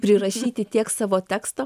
prirašyti tiek savo teksto